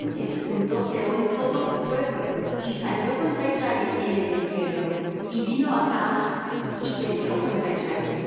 antes juntó sehón todo su pueblo y salió contra israel en el desierto y vino á jahaz y peleó contra israel